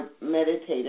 meditated